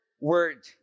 word